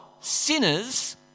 sinners